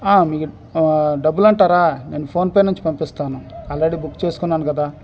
మీ డబ్బులంటారా నేను ఫోన్పే నుంచి పంపిస్తాను ఆల్రెడీ బుక్ చేసుకున్నాను కదా